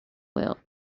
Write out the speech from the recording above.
will